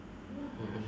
mmhmm